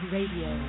Radio